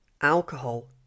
Alcohol